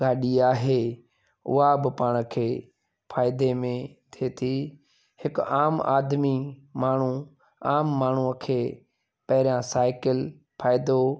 गाॾी आहे उहा बि पाण खे फ़ाइदे में थिए थी हिकु आम आदमी माण्हू आम माण्हूअ खे पहिरियां साईकलि फ़ाइदो